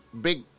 big